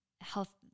health